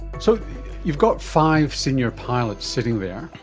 so you've got five senior pilots sitting there.